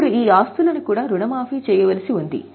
ఇప్పుడు ఈ ఆస్తులను కూడా రుణమాఫీ చేయవలసి ఉంది